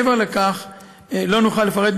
מעבר לכך לא נוכל לפרט,